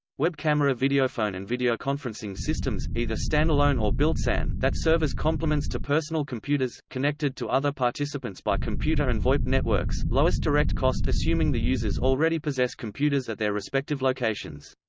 web camera videophone and videoconferencing systems, either stand-alone or built-in, that serve as complements to personal computers, connected to other participants by computer and voip networks lowest direct cost assuming the users already possess computers at their respective locations.